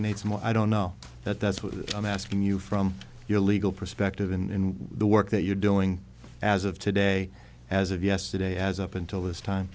and it's more i don't know that that's what i'm asking you from your legal perspective in the work that you're doing as of today as of yesterday has up until this time